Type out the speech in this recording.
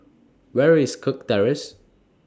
Where IS Kirk Terrace